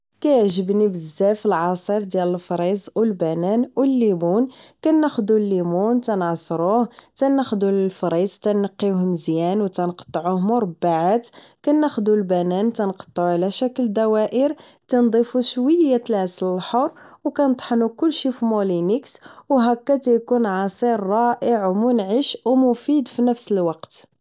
كيعجيني بزاف العصير ديال الفريز و البنان و الليمون كنخدو الليمون كتعصروه تناخدو الفريز كنقيوه مزيان و تنقطعوه مربعات كناخدو البنان كنقطعوه على شكل دوائر كنضيفو شوية العسل الحر وكنطحنو كلشي فمولينيكس و هكا كيكون عصير منعش و رائع و مفيد بنفس الوقت